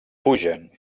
fugen